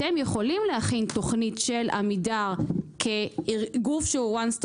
אתם יכולים להכין תכנית של עמידר כגוף שהוא one stop